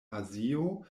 azio